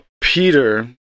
Peter